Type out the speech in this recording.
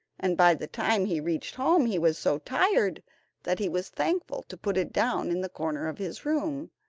and by the time he reached home he was so tired that he was thankful to put it down in the corner of his room,